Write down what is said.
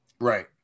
Right